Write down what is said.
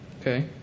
Okay